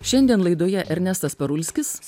šiandien laidoje ernestas parulskis